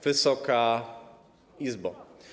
Wysoka Izbo!